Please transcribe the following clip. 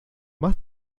más